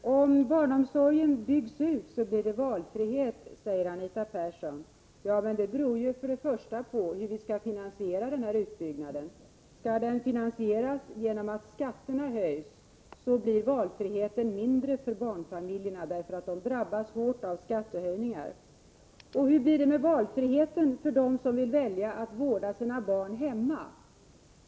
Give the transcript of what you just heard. Herr talman! Om barnomsorgen byggs ut blir det valfrihet, säger Anita Persson. Men det beror först och främst på hur den utbyggnaden skall finansieras. Skall den finansieras genom att skatterna höjs, blir valfriheten mindre för barnfamiljerna, eftersom de drabbas hårt av skattehöjningar. Och hur blir det med valfriheten för dem som väljer att vårda sina barn hemma?